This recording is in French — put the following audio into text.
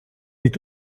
est